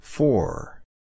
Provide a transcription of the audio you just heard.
Four